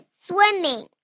swimming